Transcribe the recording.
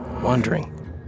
wandering